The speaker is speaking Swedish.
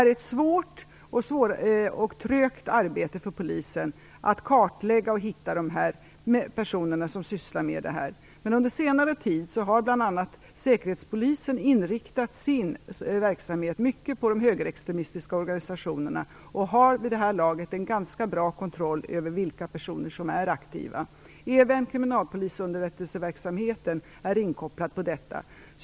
Det är ett svårt och trögt arbete för polisen att kartlägga och hitta de personer som sysslar med detta. Men under senare tid har bl.a. Säkerhetspolisen inriktat sin verksamhet mycket på de högerextremistiska organisationerna. De har vid det här laget en ganska bra kontroll över vilka personer som är aktiva. Även kriminalpolisunderrättelseverksamheten är inkopplad på detta.